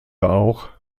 auch